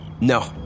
No